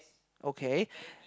okay